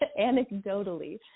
anecdotally